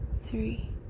three